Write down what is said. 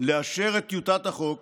לאשר את טיוטת החוק